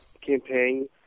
campaign